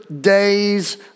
days